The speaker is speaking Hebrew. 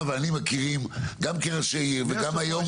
ואני מכירים גם כראשי עיר וגם היום.